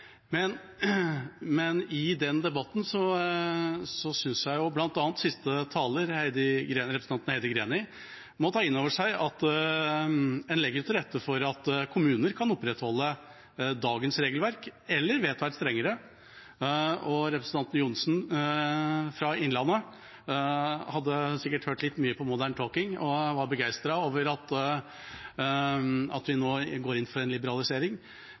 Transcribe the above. men jeg skal ikke sette ord på hva jeg tenker om det. I denne debatten synes jeg likevel at bl.a. siste taler, representanten Heidi Greni, må ta inn over seg at en legger jo til rette for at kommuner kan opprettholde dagens regelverk, eller vedta et strengere. Representanten Johnsen, fra Innlandet, hadde sikkert hørt litt mye på Modern Talking og var begeistret over at vi nå går inn for en liberalisering,